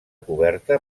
coberta